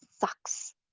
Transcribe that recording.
sucks